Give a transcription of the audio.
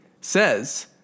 says